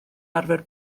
arfer